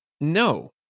No